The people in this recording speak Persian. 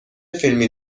فیلمی